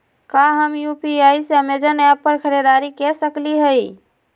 का हम यू.पी.आई से अमेजन ऐप पर खरीदारी के सकली हई?